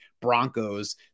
Broncos